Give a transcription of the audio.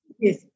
yes